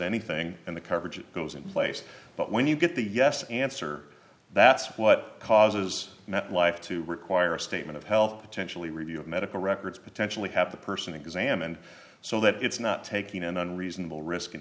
anything and the coverage goes in place but when you get the yes answer that's what causes metlife to require a statement of health potentially review of medical records potentially have the person examined so that it's not taking an unreasonable risk in